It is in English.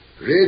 Red